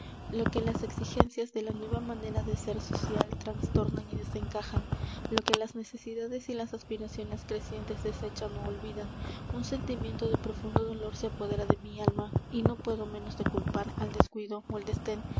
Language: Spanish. lo que las exigencias de la nueva manera de ser social trastornan y desencajan lo que las necesidades y las aspiraciones crecientes desechan ú olvidan un sentimiento de profundo dolor se apodera de mi alma y no puedo menos de culpar el descuido ó el desdén de